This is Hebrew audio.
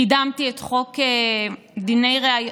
קידמתי את חוק דיני, רגע,